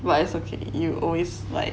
but it's okay you always like